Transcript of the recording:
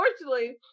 unfortunately